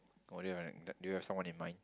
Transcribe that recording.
what do you wanna do you have someone in mind